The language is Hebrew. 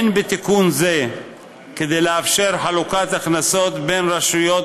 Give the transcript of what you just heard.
אין בתיקון זה כדי לאפשר חלוקת הכנסות בין רשויות